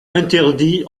interdit